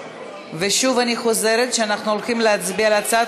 אני חוזרת שאנחנו הולכים להצביע על הצעת